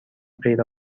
غیر